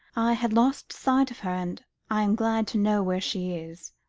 had lost sight of her, and i am glad to know where she is.